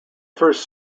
first